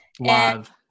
Love